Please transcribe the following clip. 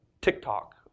TikTok